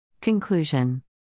Conclusion